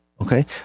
Okay